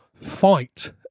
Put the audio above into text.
fight